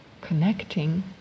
connecting